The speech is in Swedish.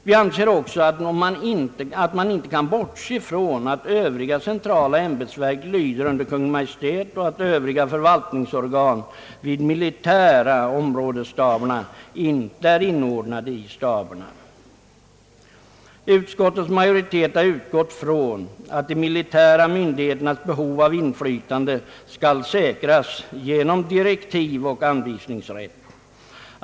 Vi anser också att man inte kan bortse från att övriga centrala ämbetsverk lyder under Kungl. Maj:t och att övriga förvaltningsorgan vid militärområdesstaberna inte är inordnade i staberna. Utskottets majoritet har utgått från att de militära myndigheternas behov av inflytande skall säkras genom direktivoch anvisningsrätt.